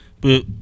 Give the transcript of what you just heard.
But-